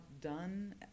done